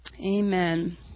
amen